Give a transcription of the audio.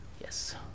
Yes